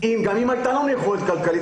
וגם אם הייתה לנו יכולת כלכלית,